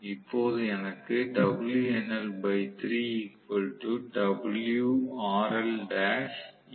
இப்போது எனக்கு உள்ளது